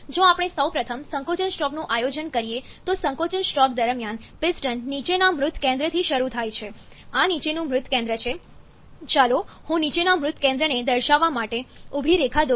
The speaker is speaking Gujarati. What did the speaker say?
જો આપણે સૌપ્રથમ સંકોચનસ્ટ્રોકનું આયોજન કરીએ તો સંકોચનસ્ટ્રોક દરમિયાન પિસ્ટન નીચેનાં મૃત કેન્દ્રથી શરૂ થાય છે આ નીચેનું મૃત કેન્દ્ર છે ચાલો હું નીચેનાં મૃત કેન્દ્રને દર્શાવવા માટે ઊભી રેખા દોરું